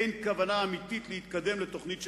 אין כוונה אמיתית להתקדם לתוכנית שכזו,